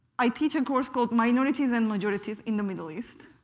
i teach a course called minorities and majorities in the middle east.